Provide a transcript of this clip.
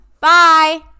Bye